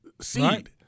seed